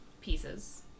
pieces